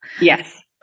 Yes